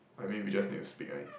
I mean we just need to speak right